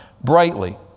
brightly